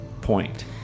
point